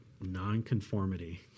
Nonconformity